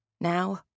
Now